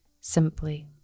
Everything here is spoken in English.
simply